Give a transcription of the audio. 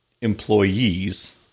employees